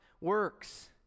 works